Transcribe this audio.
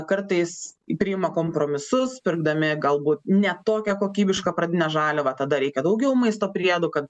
kartais priima kompromisus pirkdami galbūt ne tokią kokybišką pradinę žaliavą tada reikia daugiau maisto priedų kad